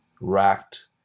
racked